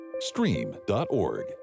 Stream.org